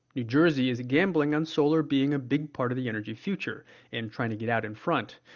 new jersey's gambling on solar being a big part of the energy future and trying to get out in front.